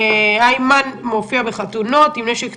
"אימן מופיע בחתונות עם נשק צה"לי".